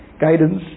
guidance